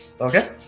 Okay